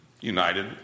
united